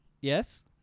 Yes